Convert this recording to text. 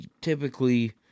typically